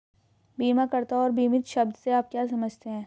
बीमाकर्ता और बीमित शब्द से आप क्या समझते हैं?